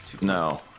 No